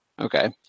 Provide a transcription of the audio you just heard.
Okay